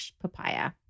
papaya